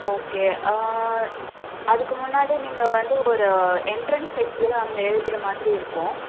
okay அதுக்கு முன்னாடி நீங்கள் வந்து ஒரு எண்ட்ரன்ஸ் எக்ஸாம் எழுதுகிற மாதிரி இருக்கும்